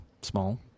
small